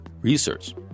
research